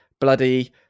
bloody